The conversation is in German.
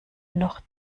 noch